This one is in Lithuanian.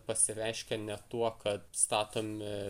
pasireiškia ne tuo kad statomi